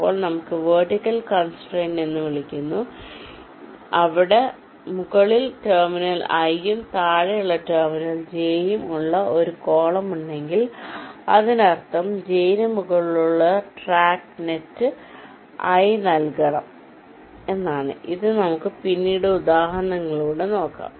അപ്പോൾ നമുക്ക് vertical constraint എന്ന് വിളിക്കുന്നു അവിടെ മുകളിലെ ടെർമിനൽ i ഉം താഴെയുള്ള ടെർമിനൽ j ഉം ഉള്ള ഒരു കോളം ഉണ്ടെങ്കിൽ അതിനർത്ഥം j ന് മുകളിലുള്ള ട്രാക്ക് നെറ്റ് ഐ നൽകണം എന്നാണ് ഇത് നമുക്ക് പിന്നീട് ഉദാഹരണങ്ങളിലൂടെ നോക്കാം